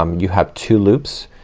um you have two loops.